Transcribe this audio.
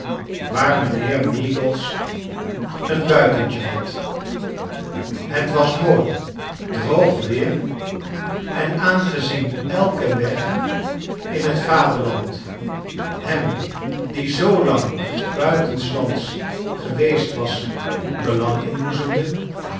waar mijnheer meagles een buitentje had het was mooi droog weer en aangezien elke weg in het vaderland hem die zoo lang buitenslands geweest was belang inboezemde